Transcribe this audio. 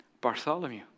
Bartholomew